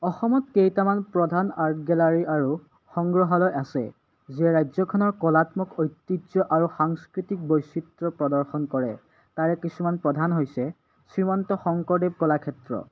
অসমত কেইটামান প্ৰধান আৰ্ট গেলাৰী আৰু সংগ্ৰহালয় আছে যিয়ে ৰাজ্যখনৰ কলাত্মক ঐতিহ্য আৰু সাংস্কৃতিক বৈচিত্ৰ প্ৰদৰ্শন কৰে তাৰে কিছুমান প্ৰধান হৈছে শ্ৰীমন্ত শংকৰদেৱ কলাক্ষেত্ৰ